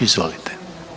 Izvolite.